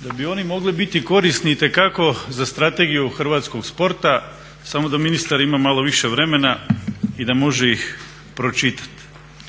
da bi oni mogli biti korisni itekako za strategiju hrvatskog sporta samo da ministar ima malo više vremena i da može ih pročitati.